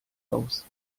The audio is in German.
aus